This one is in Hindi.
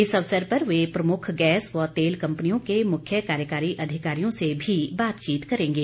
इस अवसर पर वे प्रमुख गैस व तेल कम्पनियों के मुख्य कार्यकारी अधिकारियों से भी बातचीत करेंगे